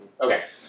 Okay